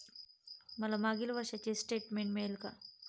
मला मागील एक वर्षाचे स्टेटमेंट मिळेल का?